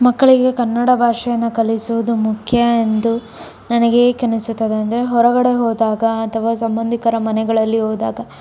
ಮಕ್ಕಳಿಗೆ ಕನ್ನಡ ಭಾಷೆಯನ್ನು ಕಲಿಸುವುದು ಮುಖ್ಯ ಎಂದು ನನಗೆ ಏಕೆ ಅನ್ನಿಸುತ್ತದೆ ಅಂದರೆ ಹೊರಗಡೆ ಹೋದಾಗ ಅಥವಾ ಸಂಬಂಧಿಕರ ಮನೆಗಳಲ್ಲಿ ಹೋದಾಗ